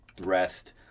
rest